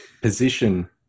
position